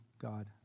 God